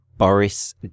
Boris